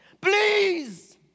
Please